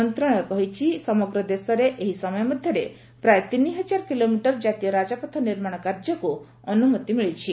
ମନ୍ତ୍ରଶାଳୟ କହିଛି ସମଗ୍ର ଦେଶରେ ଏହି ସମୟ ମଧ୍ୟରେ ପ୍ରାୟ ତିନିହଜାର କିଲୋମିଟର ଜାତୀୟ ରାଜପଥ ନିର୍ମାଣ କାର୍ଯ୍ୟକୁ ଅନୁମତି ମିଳିଛି